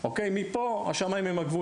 לא, של ילדים ספציפית.